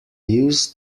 used